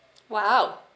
!wow!